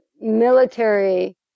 military